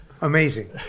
Amazing